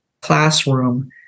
classroom